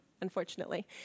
unfortunately